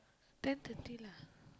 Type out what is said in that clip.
ten thirty lah